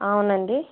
అవును అండి